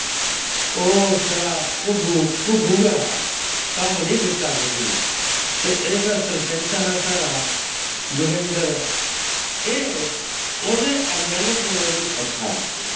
ओहे शड़ा घुग्गू घुग्गू गै हा कम्म नी कीता कक्ख बी ते जेह्का सरपैंच हा साढ़ा जोगेन्द्र एह् ओह्दे ऐम ऐल ऐ कोला बी अच्छा